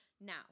now